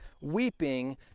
weeping